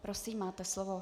Prosím, máte slovo.